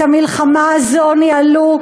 את המלחמה הזאת ניהלו,